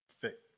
fit